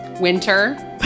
Winter